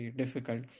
difficult